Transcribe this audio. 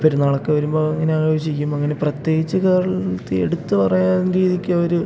പെരുന്നാളൊക്കെ വരുമ്പോൾ അങ്ങനെ ആഘോഷിക്കും അങ്ങനെ പ്രത്യേകിച്ച് കാരണമൊന്നും എത്തി എടുത്തു പറയാവുന്ന രീതിയ്ക്കവർ